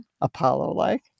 Apollo-like